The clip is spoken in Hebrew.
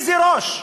איזה ראש?